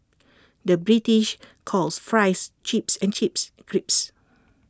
the British calls Fries Chips and Chips Crisps